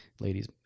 ladies